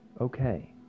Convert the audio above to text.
okay